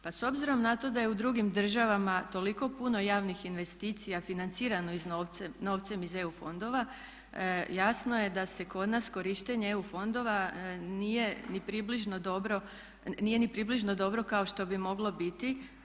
Pa s obzirom na to da je u drugim državama toliko puno javnih investicija financirano novcem iz EU fondova jasno je da se kod nas korištenje EU fondova nije ni približno dobro, nije ni približno dobro kao što bi moglo biti.